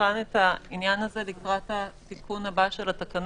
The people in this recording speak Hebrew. שנבחן את העניין הזה לקראת התיקון הבא של התקנות.